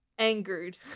angered